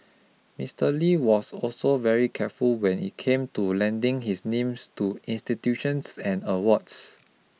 Mister Lee was also very careful when it came to lending his name to institutions and awards